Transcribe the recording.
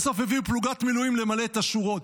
בסוף הביאו פלוגת מילואים למלא את השורות.